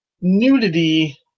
nudity